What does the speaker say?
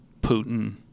Putin